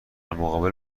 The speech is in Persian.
مقابل